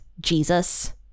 Jesus